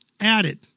Added